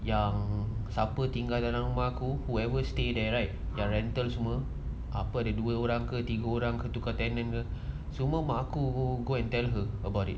yang siapa tinggal dalam rumah aku whoever stay there right their rental semua apa ada dua orang ke tiga orang ke tukar tenant ke semua mak aku go and tell her about it